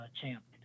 champ